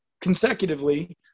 consecutively